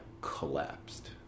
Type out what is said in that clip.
collapsed